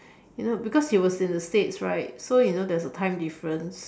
you know because he was in the states right so you know there's a time difference